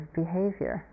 behavior